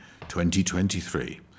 2023